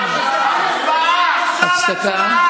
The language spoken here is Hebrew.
המאמץ העיקרי,